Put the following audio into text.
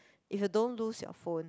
if you don't lose your phone